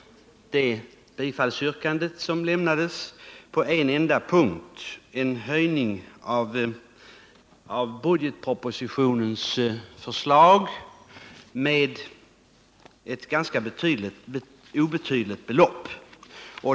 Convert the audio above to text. Det bifallsyrkande som lämnats innehåller en höjning av budgetpropositionens förslag på en enda punkt och med ett ganska obetydligt belopp.